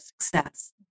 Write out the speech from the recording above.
success